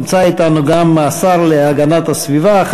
נמצא אתנו גם השר להגנת הסביבה,